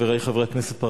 חברי חברי הכנסת,